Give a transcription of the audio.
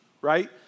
right